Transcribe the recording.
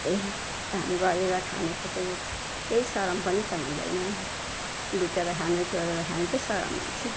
यस्तै काम गरेर खानुपर्छ केही सरम पनि त हुँदैन लुटेर खानु चोरेर खानु चाहिँ सरम हुन्छ